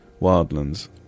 Wildlands